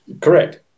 Correct